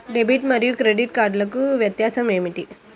Debit మరియు credit కార్డ్లకు వ్యత్యాసమేమిటీ?